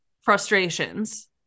frustrations